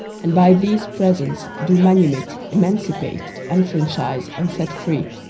and by these presents do manumit, emancipate, enfranchise, and set free,